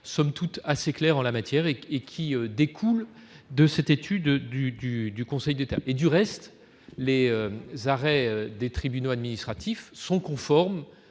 somme toute assez claires en la matière, qui découlent de cette étude du Conseil d'État. Du reste, les arrêts des tribunaux administratifs sont conformes